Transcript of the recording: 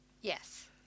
Yes